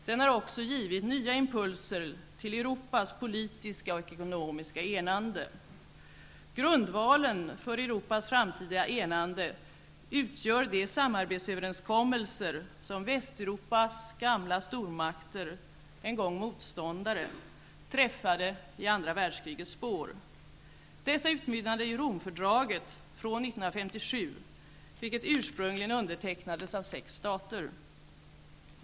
Den har också givit nya impulser till Europas politiska och ekonomiska enande. Grundvalen för Europas framtida enande utgör de samarbetsöverenskommelser som Västeuropas gamla stormakter, en gång motståndare, träffade i andra världskrigets spår. Dessa utmynnade i Romfördraget från 1957 vilket ursprungligen undertecknades av sex stater.